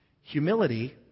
Humility